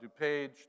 DuPage